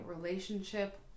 relationship